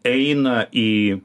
eina į